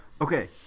okay